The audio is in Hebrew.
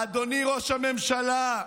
אדוני ראש הממשלה,